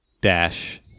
Dash